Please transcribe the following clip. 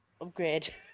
upgrade